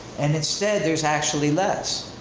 and instead, there's actually less.